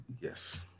Yes